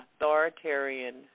authoritarian